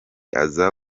aza